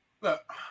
Look